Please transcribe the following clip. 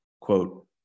quote